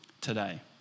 today